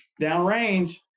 downrange